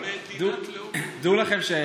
הייתה מדינת לאום יהודית, נכון?